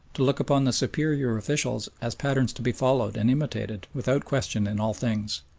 to look upon the superior officials as patterns to be followed and imitated without question in all things.